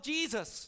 Jesus